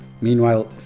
Meanwhile